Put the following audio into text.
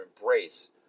embrace